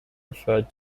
referred